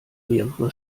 mehrere